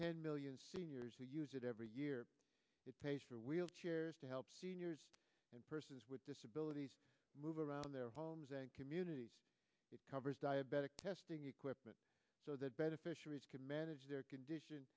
ten million seniors who use it every year it pays for wheelchairs to help seniors and persons with disabilities move around their homes and communities it covers diabetic testing equipment so that beneficiaries can manage their condition